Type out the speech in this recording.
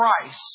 Christ